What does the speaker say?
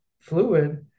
fluid